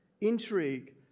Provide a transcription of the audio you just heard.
intrigue